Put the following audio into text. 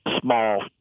small